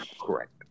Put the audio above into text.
correct